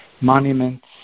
monuments